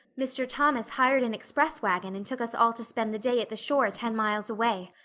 mr. thomas hired an express wagon and took us all to spend the day at the shore ten miles away.